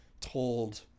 told